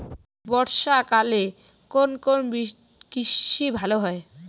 বর্ষা কালে কোন কোন কৃষি ভালো হয়?